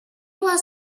was